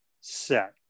set